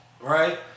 right